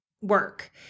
work